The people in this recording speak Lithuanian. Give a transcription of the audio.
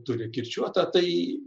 turi kirčiuotą tai